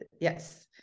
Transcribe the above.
yes